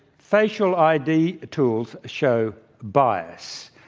facial id tools show bias.